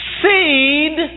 seed